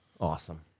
Awesome